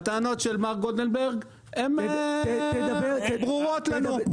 הטענות של מר גולדנברג הן ברורות לנו.